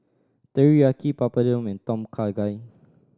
Teriyaki Papadum and Tom Kha Gai